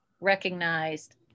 recognized